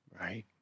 Right